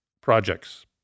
projects